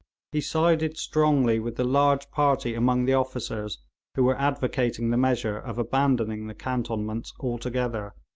he sided strongly with the large party among the officers who were advocating the measure of abandoning the cantonments altogether,